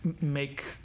make